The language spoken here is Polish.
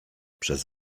przez